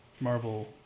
Marvel